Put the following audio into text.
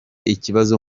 ikibazo